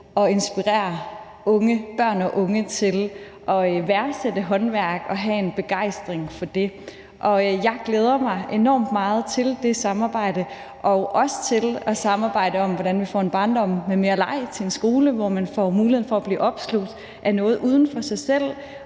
at inspirere børn og unge til at værdsætte håndværk og have en begejstring for det. Og jeg glæder mig enormt meget til det samarbejde og også til at samarbejde om, hvordan man får en barndom med mere leg og en skole, hvor man får mulighed for at blive opslugt af noget uden for sig selv,